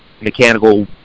mechanical